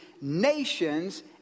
nations